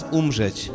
umrzeć